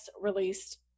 released